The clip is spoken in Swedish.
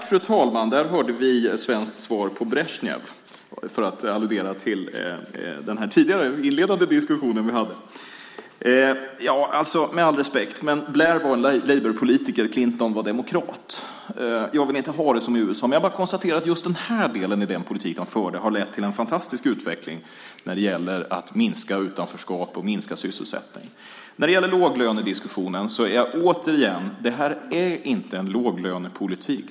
Fru talman! Där hörde vi ett svenskt svar på Brezjnev, för att alludera till den inledande diskussionen vi förde. Med all respekt, men Blair var labourpolitiker och Clinton var demokrat. Jag vill inte ha det som i USA. Jag konstaterar bara att just den här delen i den politik de förde har lett till en fantastisk utveckling när det gäller att minska utanförskap och öka sysselsättningen. När det gäller låglönediskussionen säger jag återigen: Det här är inte en låglönepolitik.